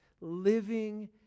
Living